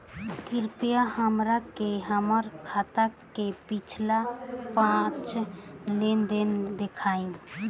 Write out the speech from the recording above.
कृपया हमरा के हमार खाता के पिछला पांच लेनदेन देखाईं